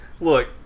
Look